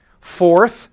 Fourth